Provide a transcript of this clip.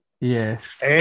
Yes